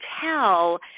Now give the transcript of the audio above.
tell